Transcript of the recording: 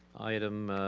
item